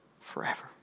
forever